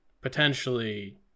potentially